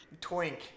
Twink